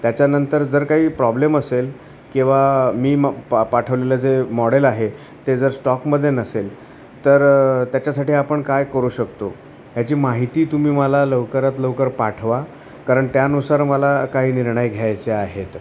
त्याच्यानंतर जर काही प्रॉब्लेम असेल किंवा मी म पा पाठवलेलं जे मॉडेल आहे ते जर स्टॉकमध्ये नसेल तर त्याच्यासाठी आपण काय करू शकतो ह्याची माहिती तुम्ही मला लवकरात लवकर पाठवा कारण त्यानुसार मला काही निर्णय घ्यायचे आहेत